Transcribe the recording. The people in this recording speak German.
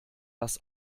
das